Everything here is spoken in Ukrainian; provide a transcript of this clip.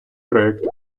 проект